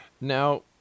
now